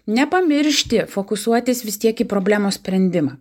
nepamiršti fokusuotis vis tiek į problemos sprendimą